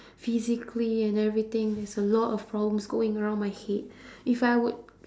physically and everything there's a lot of problems going around my head if I would